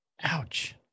Ouch